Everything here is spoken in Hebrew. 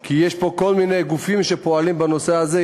כי יש פה כל מיני גופים שפועלים בנושא הזה,